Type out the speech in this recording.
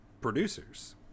producers